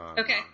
Okay